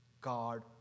God